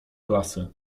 klasy